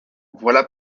voilà